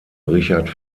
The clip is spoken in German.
richard